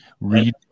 Read